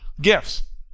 gifts